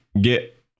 get